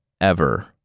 ever